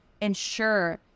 ensure